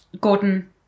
Gordon